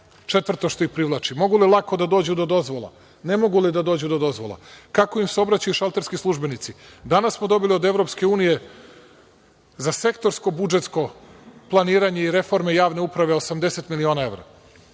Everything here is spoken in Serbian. četvrto što ih privlači. Mogu li lako da dođu do dozvola, ne mogu li da dođu do dozvola, kako im se obraćaju šalterski službenici. Danas smo dobili od EU za sektorsko budžetsko planiranje i reforme javne uprave 80 miliona evra.